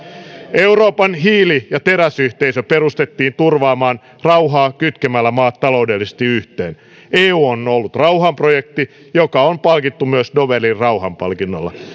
euroopan hiili ja teräsyhteisö perustettiin turvaamaan rauhaa kytkemällä maat taloudellisesti yhteen eu on ollut rauhanprojekti joka on palkittu myös nobelin rauhanpalkinnolla